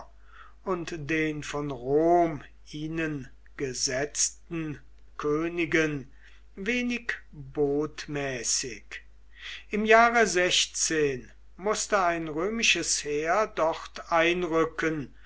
und den von rom ihnen gesetzten königen wenig botmäßig im jahre mußte ein römisches heer dort einrücken